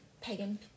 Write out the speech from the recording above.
pagan